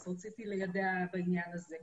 אז רציתי ליידע בעניין הזה.